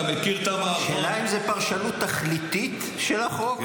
אתה מכיר את המערכון --- השאלה אם זה פרשנות תכליתית של החוק,